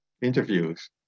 interviews